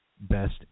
best